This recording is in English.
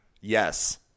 yes